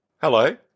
Hello